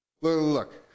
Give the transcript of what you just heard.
Look